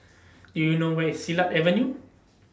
Do YOU know Where IS Silat Avenue